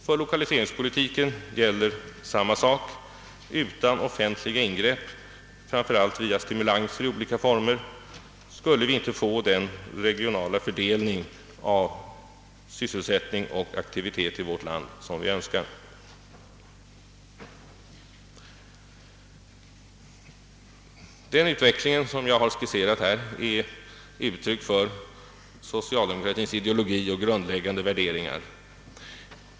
För lokaliseringspolitiken gäller samma sak: utan offentliga insatser framför allt via stimulans i olika former skulle vi inte få den regionala fördelning av sysselsättning och aktivitet i vårt land som vi önskar. Den utveckling jag nu skisserat är ett uttryck för socialdemokratins ideologi och grundläggande värderingar.